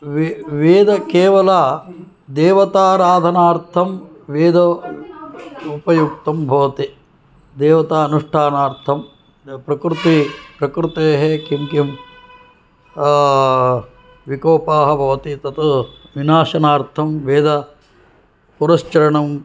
वेदः केवलं देवताराधनार्थं वेदः उपयुक्तं भवति देवतानुष्ठानार्थं प्रकृति प्रकृतेः किं किं विकोपाः भवति तत् विनाशनार्थं वेदः पुरस्चरणम्